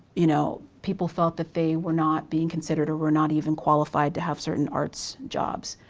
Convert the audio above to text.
you know, people felt that they were not being considered or were not even qualified to have certain arts jobs.